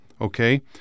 okay